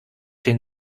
den